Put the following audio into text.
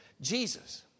Jesus